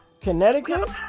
Connecticut